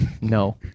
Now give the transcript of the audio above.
no